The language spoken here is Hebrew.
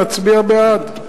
נצביע בעד.